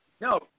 No